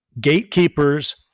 gatekeepers